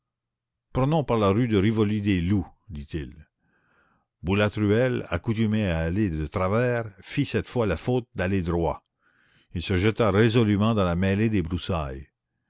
prenons par la rue de rivoli des loups dit-il boulatruelle accoutumé à aller de travers fit cette fois la faute d'aller droit il se jeta résolument dans la mêlée des broussailles